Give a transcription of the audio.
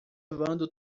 observando